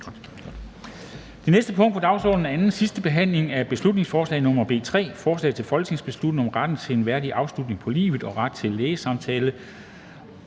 Det næste punkt på dagsordenen er: 5) 2. (sidste) behandling af beslutningsforslag nr. B 3: Forslag til folketingsbeslutning om retten til en værdig afslutning på livet og ret til lægesamtale